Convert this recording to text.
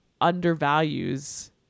undervalues